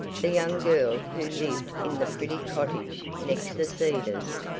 the young girl who lived in the pretty cottage next the cedars,